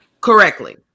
correctly